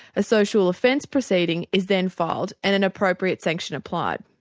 a social offence proceeding is then filed and an appropriate sanction applied.